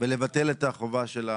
ולבטל את החובה,